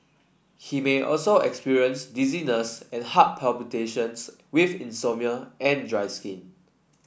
he may also experience dizziness and heart palpitations with insomnia and dry skin